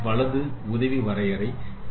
இது x plus one y ஆக இருக்க வேண்டும்